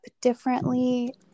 differently